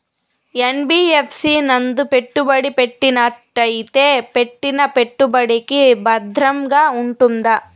NBFC నందు పెట్టుబడి పెట్టినట్టయితే పెట్టిన పెట్టుబడికి భద్రంగా ఉంటుందా?